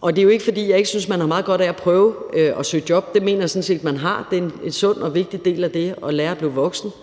Og det er jo ikke, fordi jeg ikke synes, at man har meget godt af at prøve at søge job – det mener jeg sådan set at man har; det er en sund og vigtig del af det at lære at blive voksen –